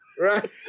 Right